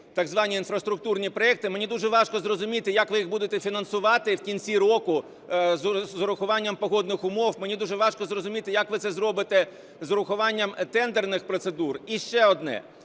так звані інфраструктурні проєкти. Мені дуже важко зрозуміти, як ви їх будете фінансувати в кінці року з урахуванням погодних умов. Мені дуже важко зрозуміти, як ви це зробите з урахуванням тендерних процедур. І ще одне.